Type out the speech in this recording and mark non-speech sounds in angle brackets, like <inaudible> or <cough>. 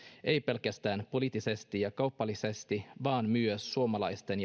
ei pelkästään poliittisesti ja kaupallisesti vaan myös suomalaisten <unintelligible>